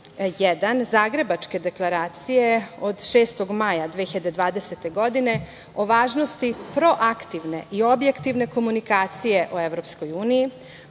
1. Zagrebačke deklaracije od 6. maja 2020. godine, o važnosti proaktivne i objektivne komunikacije o EU,